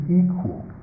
equal